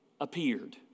appeared